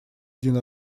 один